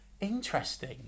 Interesting